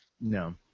no